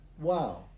wow